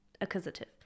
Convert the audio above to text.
accusative